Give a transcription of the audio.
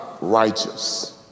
righteous